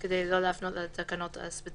שזאת עבריינות לכל דבר.